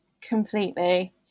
Completely